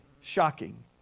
shocking